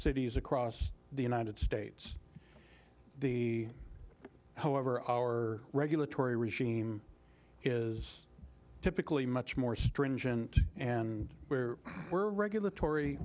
cities across the united states however our regulatory regime is typically much more stringent and where we're regulatory